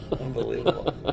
Unbelievable